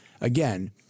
again